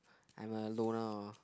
I'm a loner